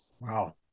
Wow